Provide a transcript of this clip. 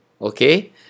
Okay